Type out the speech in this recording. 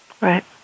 Right